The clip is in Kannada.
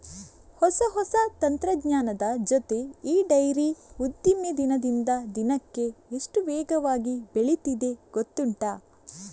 ಹೊಸ ಹೊಸ ತಂತ್ರಜ್ಞಾನದ ಜೊತೆ ಈ ಡೈರಿ ಉದ್ದಿಮೆ ದಿನದಿಂದ ದಿನಕ್ಕೆ ಎಷ್ಟು ವೇಗವಾಗಿ ಬೆಳೀತಿದೆ ಗೊತ್ತುಂಟಾ